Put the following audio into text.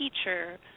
teacher